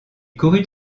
courut